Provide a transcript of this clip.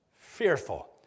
fearful